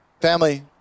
Family